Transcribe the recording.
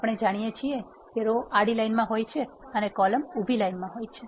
આપણે જાણીએ છીએ કે રો આડી લાઇન મા હોય છે અને કોલમ ઉભી લાઇન માં હોય છે